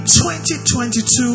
2022